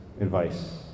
advice